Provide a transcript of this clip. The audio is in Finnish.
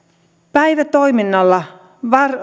päivätoiminnalla